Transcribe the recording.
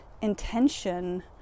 intention